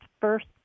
first